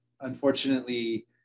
Unfortunately